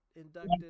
inducted